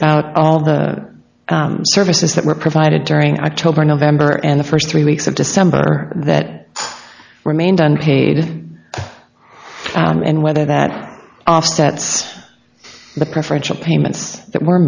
about all the services that were provided turning i told by november and the first three weeks of december that remained unpaid and whether that offsets the preferential payments that were